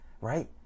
right